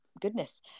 goodness